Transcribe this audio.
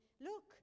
Look